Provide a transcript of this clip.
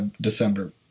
December